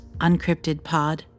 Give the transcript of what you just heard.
UncryptedPod